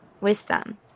Wisdom